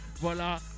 voilà